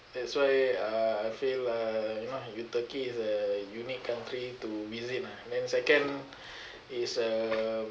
that's why uh I feel uh you know you turkey is a unique country to visit ah then second it's a